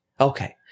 Okay